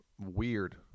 weird